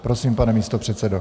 Prosím, pane místopředsedo.